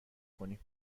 کنیم